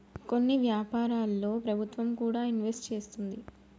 కొన్ని వ్యాపారాల్లో ప్రభుత్వం కూడా ఇన్వెస్ట్ చేస్తుంది